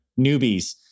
Newbies